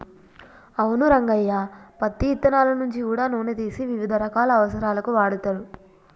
అవును రంగయ్య పత్తి ఇత్తనాల నుంచి గూడా నూనె తీసి వివిధ రకాల అవసరాలకు వాడుతరు